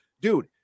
dude